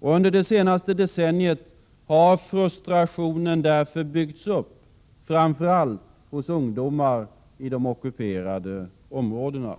Och under det senaste decenniet har frustrationen därför byggts upp framför allt hos ungdomar i de ockuperade områdena.